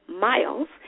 miles